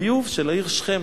הביוב של העיר שכם.